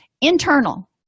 Internal